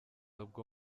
ubwo